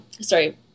sorry